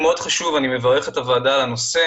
הדיון מאוד חשוב ואני מברך את הוועדה על הנושא.